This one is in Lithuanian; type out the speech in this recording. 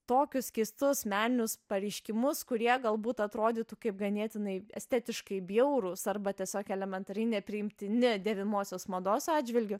tokius keistus meninius pareiškimus kurie galbūt atrodytų kaip ganėtinai estetiškai bjaurūs arba tiesiog elementariai nepriimtini dėvimosios mados atžvilgiu